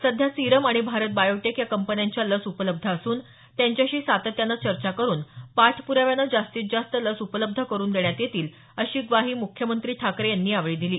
सध्या सिरम आणि भारत बायोटेक या कंपन्यांच्या लस उपलब्ध असून त्यांच्याशी सातत्याने चर्चा करून पाठप्राव्यानं जास्तीत जास्त लस उपलब्ध करून देण्यात येईल अशी ग्वाही मुख्यमंत्री ठाकरे यांनी यावेळी दिली